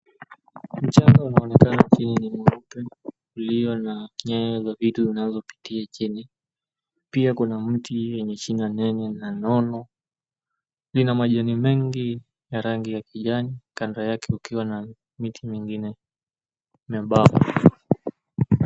Mchanga unaonekana chini ni mweupe uliyo na nyaya za vitu zinazopitia chini, pia kuna mti yenye shina nene na nono. Lina majani mengi ya rangi ya kijani kando yake kukiwa na miti mingine nyembamba.